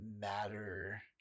matter